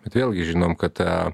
bet vėlgi žinom kad ta